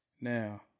Now